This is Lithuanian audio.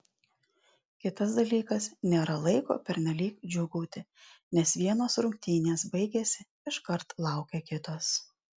kitas dalykas nėra laiko pernelyg džiūgauti nes vienos rungtynės baigėsi iškart laukia kitos